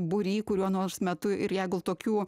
būry kuriuo nors metu ir jeigu tokių